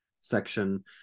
section